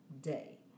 day